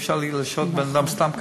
אי-אפשר להשעות סתם ככה.